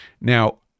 Now